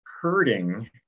hurting